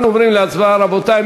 אנחנו עוברים להצבעה, רבותי.